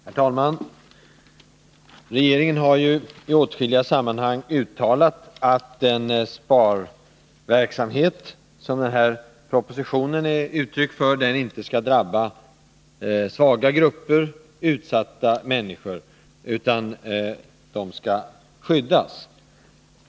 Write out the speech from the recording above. Herr talman! Regeringen har ju i åtskilliga sammanhang uttalat att den sparverksamhet som propositionen om besparingar i statsverksamheten är uttryck för inte skall drabba svaga grupper och utsatta människor utan att dessa skall skyddas.